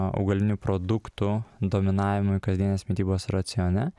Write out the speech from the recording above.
augalinių produktų dominavimui kasdienės mitybos racione